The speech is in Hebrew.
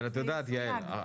אבל את יודעת יעל,